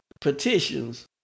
petitions